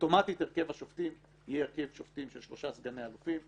אוטומטית הרכב השופטים יהיה הרכב שופטים של שלושה סגני אלופים.